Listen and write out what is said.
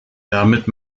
damit